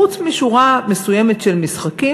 חוץ משורה מסוימת של משחקים.